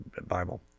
Bible